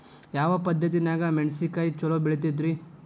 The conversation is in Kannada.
ಯಾವ ಪದ್ಧತಿನ್ಯಾಗ ಮೆಣಿಸಿನಕಾಯಿ ಛಲೋ ಬೆಳಿತೈತ್ರೇ?